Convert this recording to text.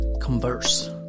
Converse